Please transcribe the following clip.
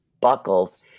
buckles